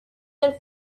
del